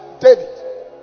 David